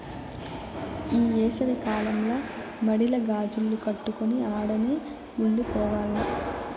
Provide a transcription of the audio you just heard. ఈ ఏసవి కాలంల మడిల గాజిల్లు కట్టుకొని ఆడనే ఉండి పోవాల్ల